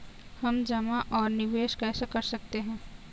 हम जमा और निवेश कैसे कर सकते हैं?